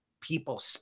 people